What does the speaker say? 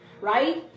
Right